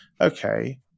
okay